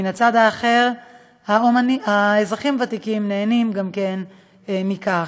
ומן הצד האחר האזרחים הוותיקים נהנים גם כן מכך.